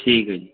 ਠੀਕ ਆ ਜੀ